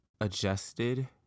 adjusted